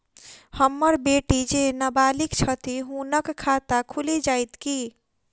हम्मर बेटी जेँ नबालिग छथि हुनक खाता खुलि जाइत की?